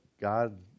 God